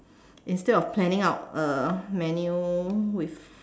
instead of planning out a menu with